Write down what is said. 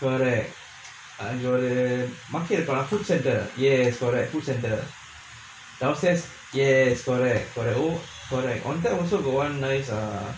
correct அங்க ஒரு:angga oru market food centre yes correct food centre downstairs yes correct for the old correct on there also got [one] nice ah